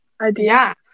idea